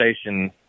station